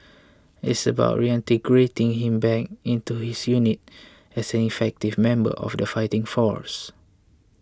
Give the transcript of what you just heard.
it's about reintegrating him back into his unit as an effective member of the fighting force